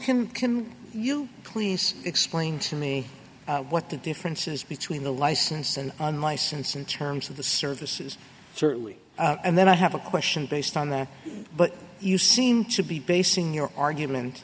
can can you please explain to me what the differences between the license and on license in terms of the services certainly and then i have a question based on that but you seem to be basing your argument